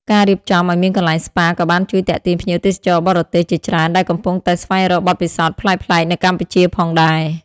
ការរៀបចំឲ្យមានកន្លែងស្ប៉ាក៏បានជួយទាក់ទាញភ្ញៀវទេសចរបរទេសជាច្រើនដែលកំពុងតែស្វែងរកបទពិសោធន៍ប្លែកៗនៅកម្ពុជាផងដែរ។